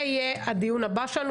זה יהיה הדיון הבא שלנו,